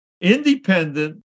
independent